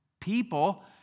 people